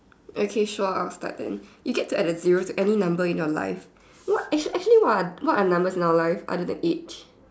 okay sure but then you get to add a zero to any number in your life what act actually what are what are numbers in our life other than age